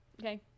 okay